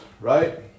right